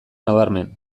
nabarmen